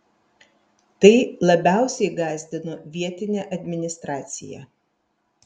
tai labiausiai gąsdino vietinę administraciją